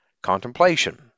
contemplation